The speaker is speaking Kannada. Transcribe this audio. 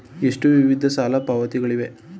ಎಷ್ಟು ವಿಧದ ಸಾಲ ಪಾವತಿಗಳಿವೆ?